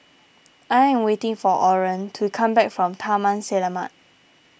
I am waiting for Orren to come back from Taman Selamat